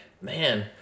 man